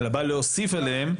אלא בא להוסיף עליהם.